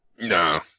No